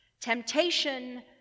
temptation